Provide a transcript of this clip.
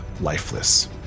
lifeless